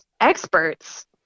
experts